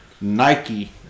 nike